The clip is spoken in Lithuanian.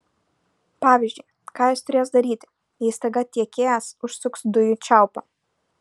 pavyzdžiui ką jis turės daryti jei staiga tiekėjas užsuks dujų čiaupą